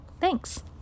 Thanks